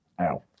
Ow